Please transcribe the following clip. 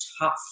tough